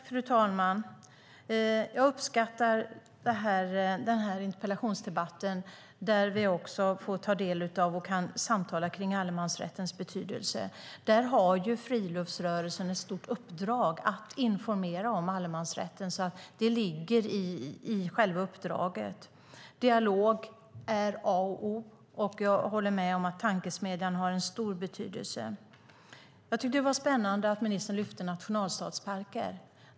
Fru talman! Jag uppskattar den här interpellationsdebatten där vi kan samtala om allemansrättens betydelse. Friluftsrörelsen har ett stort uppdrag att informera om allemansrätten. Det ligger i själva uppdraget. Dialog är A och O. Jag håller med om att tankesmedjan har en stor betydelse. Jag tyckte att det var spännande att ministern lyfte upp nationalstadsparker.